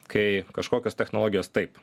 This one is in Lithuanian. kai kažkokios technologijos taip